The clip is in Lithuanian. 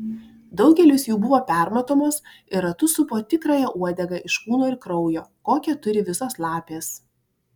daugelis jų buvo permatomos ir ratu supo tikrąją uodegą iš kūno ir kraujo kokią turi visos lapės